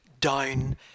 down